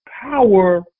power